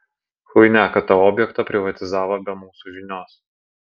chuinia kad tą objektą privatizavo be mūsų žinios